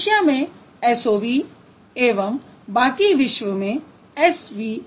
Asia में SOV एवं बाकी विश्व में SVO